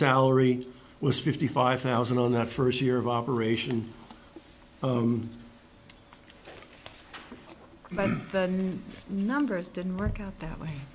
salary was fifty five thousand on that first year of operation but the numbers didn't work out that way